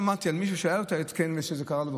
שלא שמעתי על מישהו שהיה לו את ההתקן ושזה קרה לו,